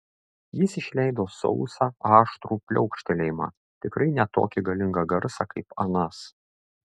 jis išleido sausą aštrų pliaukštelėjimą tikrai ne tokį galingą garsą kaip anas